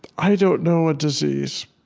i don't know a disease,